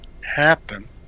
happen